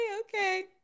Okay